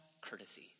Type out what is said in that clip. courtesy